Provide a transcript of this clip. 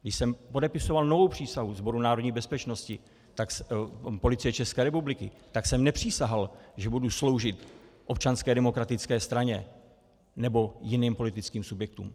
Když jsem podepisoval novou přísahu Sboru národní bezpečnosti Policie ČR, tak jsem nepřísahal, že budu sloužit Občanské demokratické straně nebo jiným politickým subjektům.